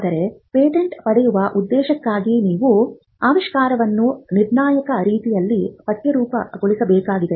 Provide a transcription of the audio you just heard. ಆದರೆ ಪೇಟೆಂಟ್ ಪಡೆಯುವ ಉದ್ದೇಶಕ್ಕಾಗಿ ನೀವು ಆವಿಷ್ಕಾರವನ್ನು ನಿರ್ಣಾಯಕ ರೀತಿಯಲ್ಲಿ ಪಠ್ಯರೂಪಗೊಳಿಸಬೇಕಾಗಿದೆ